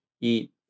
eat